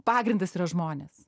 pagrindas yra žmonės